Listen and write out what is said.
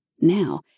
Now